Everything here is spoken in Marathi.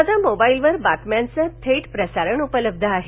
आता मोबाइलवर बातम्यांचं थेट प्रसारण उपलब्ध आहे